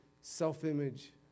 self-image